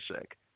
sick